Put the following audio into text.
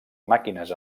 màquines